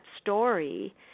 story